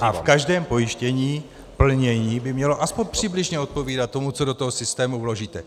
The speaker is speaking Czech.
A každé pojištění, plnění by mělo alespoň přibližně odpovídat tomu, co do toho systému vložíte.